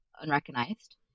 unrecognized